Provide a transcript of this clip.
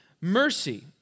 mercy